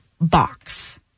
box